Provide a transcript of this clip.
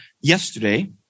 yesterday